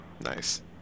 Nice